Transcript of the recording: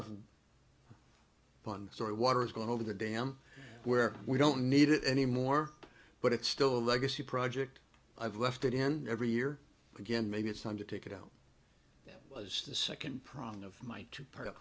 of fun story water is going over the dam where we don't need it anymore but it's still a legacy project i've left it in every year again maybe it's time to take it out that was the second prong of my two part